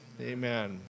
amen